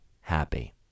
happy